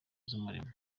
z’umurimo